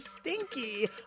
Stinky